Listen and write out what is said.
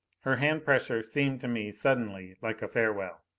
her hand pressure seemed to me suddenly like a farewell.